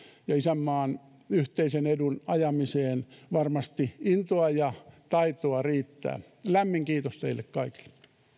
ja isänmaan yhteisen edun ajamiseen varmasti intoa ja taitoa riittää lämmin kiitos teille kaikille